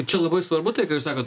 čia labai svarbu tai ką jūs sakot